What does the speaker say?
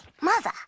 mother